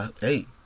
hey